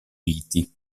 riti